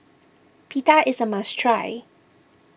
Pita is a must try